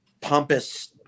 pompous